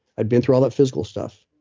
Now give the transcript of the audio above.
i'd been through all that physical stuff.